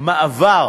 מעבר